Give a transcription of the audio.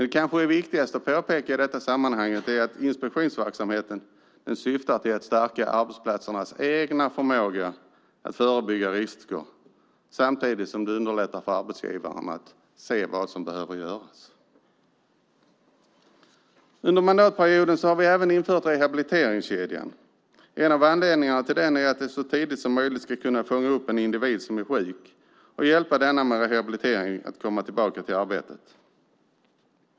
Det kanske viktigaste att påpeka i det här sammanhanget är att inspektionsverksamheten syftar till att stärka arbetsplatsernas egen förmåga att förebygga risker samtidigt som det underlättar för arbetsgivaren att se vad som behöver göras. Under mandatperioden har vi även infört rehabiliteringskedjan. En av anledningarna till det är att vi så tidigt som möjligt ska kunna fånga upp en individ som är sjuk och hjälpa denna med rehabilitering och att komma tillbaka till arbetet.